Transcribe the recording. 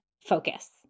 focus